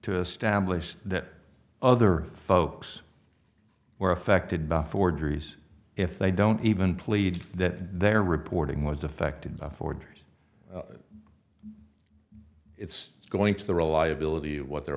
to establish that other folks who are affected by forgeries if they don't even plead that their reporting was affected by forgeries it's going to the reliability of what they're